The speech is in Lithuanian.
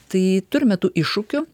tai turime tų iššūkių